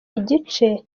igice